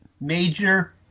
major